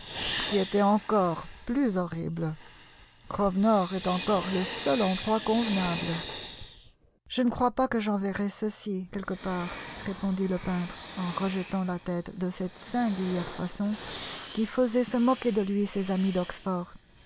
ce qui était plus horrible grosvenor est encore le seul endroit convenable je ne crois pas que j'enverrai ceci quelque part répondit le peintre en rejetant la tête de cette singulière façon qui faisait se moquer de lui ses amis d'oxford